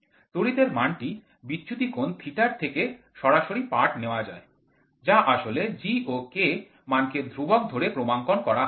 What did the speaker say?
তড়িৎ এর মানটি বিচ্যুতি কোণ θ এর থেকে সরাসরি পাঠ নেওয়া যায় যা আসলে G ও K মানকে ধ্রুবক ধরে ক্রমাঙ্কন করা হয়েছে